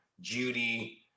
Judy